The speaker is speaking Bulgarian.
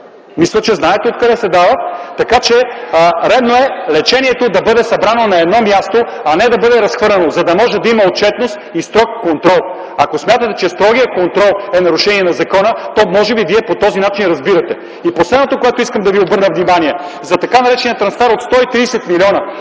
Мисля, че знаете откъде се дават. Така, че е редно лечението да бъде събрано на едно място, а не да бъде разхвърляно, за да може да има отчетност и строг контрол. Ако смятате, че строгият контрол е нарушение на закона, то може би Вие по този начин го разбирате. Последното, на което искам да ви обърна внимание – за така наречения трансфер от 130 милиона.